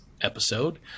episode